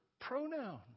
pronoun